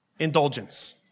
Indulgence